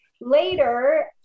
Later